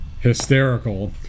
Hysterical